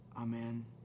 Amen